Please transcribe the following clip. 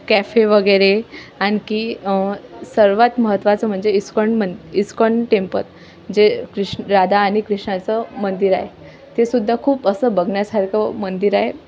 cafe वगैरे आणखी सर्वात महत्त्वाचं म्हणजे इस्कॉन मग इस्कॉन टेम्पल जे कृष् राधा आणि कृष्णाचं मंदिर आहे ते सुद्धा खूप असं बघण्यासारखं मंदिर आहे